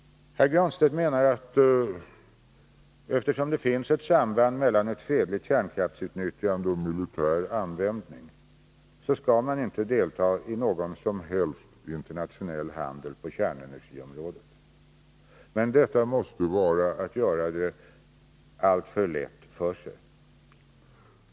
Herr Granstedt menar att eftersom det finns ett samband mellan ett fredligt kärnkraftsutnyttjande och militär användning, skall man inte delta i någon som helst internationell handel på kärnenergiområdet. Men detta måste vara att göra det alltför lätt för sig.